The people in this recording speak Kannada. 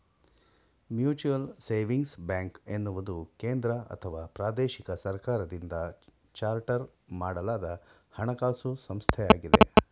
ಮ್ಯೂಚುಯಲ್ ಸೇವಿಂಗ್ಸ್ ಬ್ಯಾಂಕ್ ಎನ್ನುವುದು ಕೇಂದ್ರಅಥವಾ ಪ್ರಾದೇಶಿಕ ಸರ್ಕಾರದಿಂದ ಚಾರ್ಟರ್ ಮಾಡಲಾದ ಹಣಕಾಸು ಸಂಸ್ಥೆಯಾಗಿದೆ